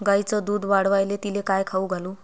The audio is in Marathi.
गायीचं दुध वाढवायले तिले काय खाऊ घालू?